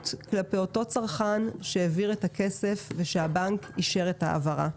כלפי אותו צרכן שהעביר את הכסף ושהבנק אישר את ההעברה.